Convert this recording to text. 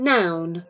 Noun